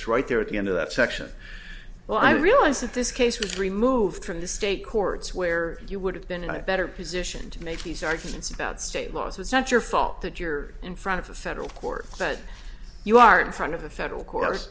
right there at the end of that section well i realize that this case was removed from the state courts where you would have been in a better position to make these arguments about state laws it's not your fault that you're in front of a federal court that you are in front of the federal court